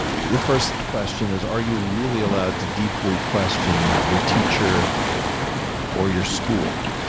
the first question is, are you really allowed to deeply question your teacher or your school?